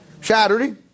Saturday